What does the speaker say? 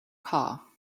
car